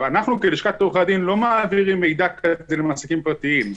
אנחנו בלשכת עורכי הדין לא מעבירים מידע כזה למעסיקים פרטיים.